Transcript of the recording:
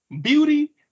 Beauty